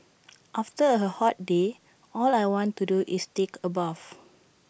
after A hot day all I want to do is take A bath